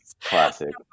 classic